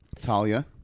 Talia